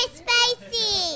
spicy